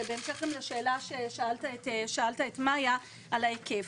ובהמשך גם להתייחס לשאלה ששאלת את מאיה לגבי ההיקף.